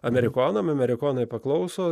amerikonams amerikonai paklauso